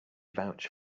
vouch